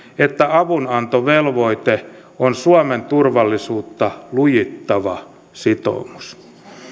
että avunantovelvoite on suomen turvallisuutta lujittava sitoumus